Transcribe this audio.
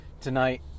tonight